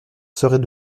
serait